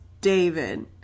David